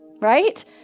right